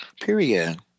period